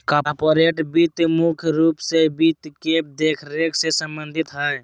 corporate वित्त मुख्य रूप से वित्त के देखरेख से सम्बन्धित हय